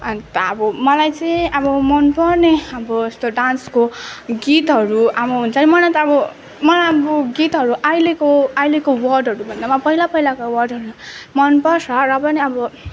अन्त अब मलाई चाहिँ अब मन पर्ने अब यस्तो डान्सको गीतहरू अब हुन्छ नि मलाई त अब मलाई अब गीतहरू अहिलेको अहिलेको वर्डहरू भन्दा पनि अब पहिला पहिलाको वर्डहरू मन पर्छ र पनि अब